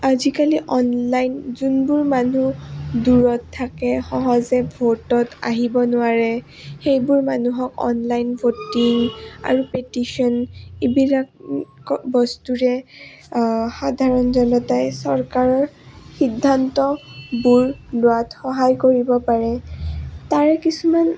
আজিকালি অনলাইন যোনবোৰ মানুহ দূৰত থাকে সহজে ভ'টত আহিব নোৱাৰে সেইবোৰ মানুহক অনলাইন ভ'টিং আৰু পেটিশ্যন এইবিলাক বস্তুৰে সাধাৰণ জনতাই চৰকাৰৰ সিদ্ধান্তবোৰ লোৱাত সহায় কৰিব পাৰে তাৰে কিছুমান